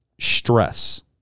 stress